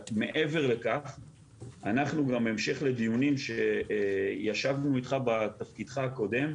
מעבר לכך אנחנו גם בהמשך לדיונים שישבנו איתך בתפקידך הקודם,